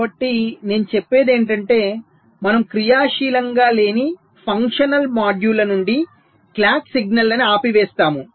కాబట్టి నేను చెప్పేది ఏమిటంటే మనము క్రియాశీలంగా లేని ఫంక్షనల్ మాడ్యూళ్ళ నుండి క్లాక్ సిగ్నల్ని ఆపివేస్తాము